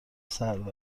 سرد